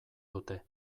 dute